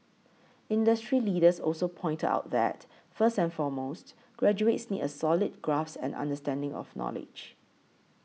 industry leaders also pointed out that first and foremost graduates need a solid grasp and understanding of knowledge